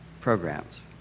programs